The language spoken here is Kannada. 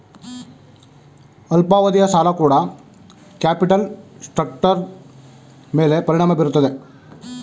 ಅಲ್ಪಾವಧಿಯ ಸಾಲ ಕೂಡ ಕ್ಯಾಪಿಟಲ್ ಸ್ಟ್ರಕ್ಟರ್ನ ಮೇಲೆ ಪರಿಣಾಮ ಬೀರುತ್ತದೆ